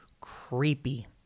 creepy